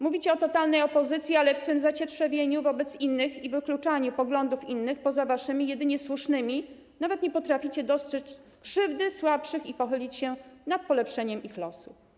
Mówicie o totalnej opozycji, ale w swym zacietrzewieniu wobec innych i wykluczaniu poglądów innych poza waszymi jedynie słusznymi nawet nie potraficie dostrzec krzywdy słabszych i pochylić się nad polepszeniem ich losu.